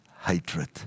hatred